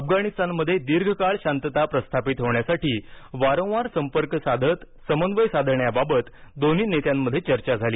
अफगाणिस्तानमध्ये दीर्घकाळ शांतता प्रस्थापित होण्यासाठी वारंवार संपर्क साधत समन्वय साधण्याबाबत दोन्ही नेत्यांमध्ये चर्चा झाली